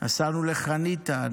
נסענו לחניתה,